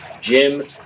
Jim